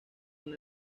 una